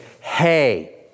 hey